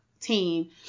team